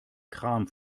kram